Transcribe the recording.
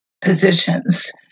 positions